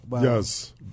Yes